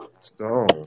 Stone